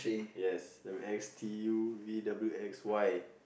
yes and with S T U V W X Y